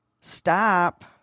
Stop